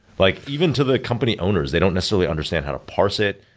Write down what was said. like even to the company owners, they don't necessarily understand how to parse it.